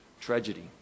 tragedy